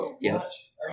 Yes